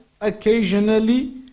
occasionally